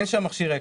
אין שם מכשיר אקמו.